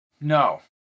No